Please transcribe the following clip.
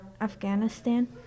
Afghanistan